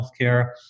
healthcare